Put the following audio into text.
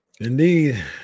Indeed